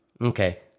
Okay